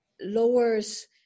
lowers